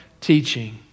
teaching